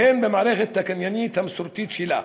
והן במערכת הקניינית המסורתית שלה.